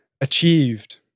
achieved